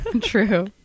True